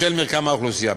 בשל מרקם האוכלוסייה.